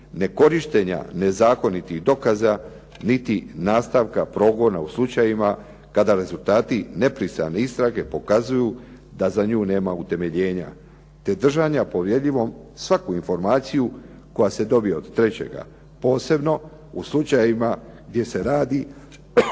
nekorištenja nezakonitih dokaza niti nastavka progona u slučajevima kada rezultati nepristrane istrage pokazuju da za nju nema utemeljenja te držanja povjerljivom svaku informaciju koja se dobije od trećega, posebno u slučajevima gdje se radi